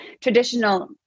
traditional